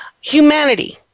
humanity